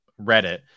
Reddit